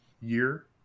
year